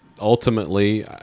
Ultimately